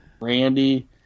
Randy